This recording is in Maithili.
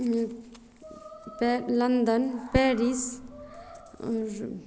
pay London Paris